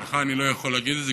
לך אני לא יכול להגיד את זה,